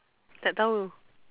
tak tahu